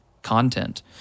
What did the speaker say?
content